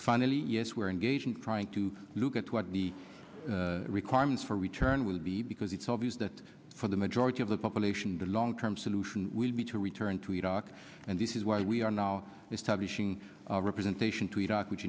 finally yes we are engaged in trying to look at what the requirements for return will be because it's obvious that for the majority of the population the long term solution would be to return to iraq and this is why we are now establishing representation to iraq which